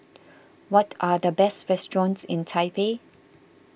what are the best restaurants in Taipei